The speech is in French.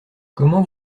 comment